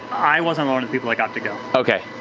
i wasn't one of the people that got to go. okay,